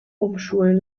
umschulen